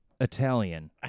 Italian